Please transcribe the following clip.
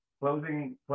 closing